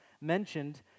mentioned